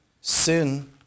Sin